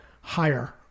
higher